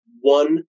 one